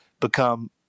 become